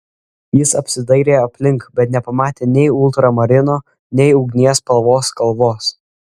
jis apsidairė aplink bet nepamatė nei ultramarino nei ugnies spalvos kalvos